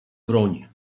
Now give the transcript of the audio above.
broń